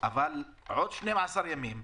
אבל עוד 12 ימים,